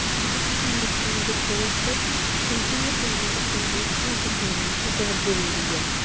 दिक्खो तुस गल्ल ते दिक्खो तुस ते संदूर लाना संदूर लाना इक सुहागन जनानी आस्तै बड़ा जरूरी ऐ